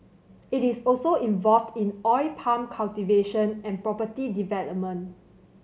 it is also involved in oil palm cultivation and property development